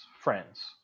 friends